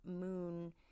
moon